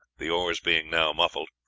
the oars being now muffled,